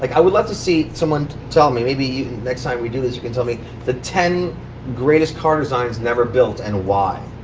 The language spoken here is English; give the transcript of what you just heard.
like i would like to see someone tell me maybe next time we do you can tell me the ten greatest car designs never built and why.